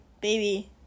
baby